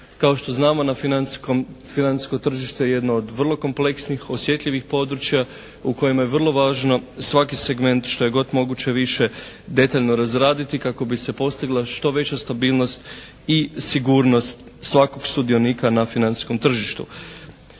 Kao što znamo na financijskom, financijsko tržište je jedno od vrlo kompleksnih, osjetljivih područja u kojima je vrlo važno svaki segment što je god moguće više detaljno razraditi kako bi se postigla što veća stabilnost i sigurnost svakog sudionika na financijskom tržištu.